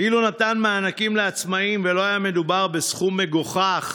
אילו נתן מענקים לעצמאים ולא היה מדובר בסכום מגוחך,